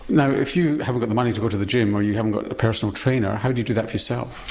now if you haven't got the money to go to the gym or you haven't got a personal trainer how do you do that for yourself?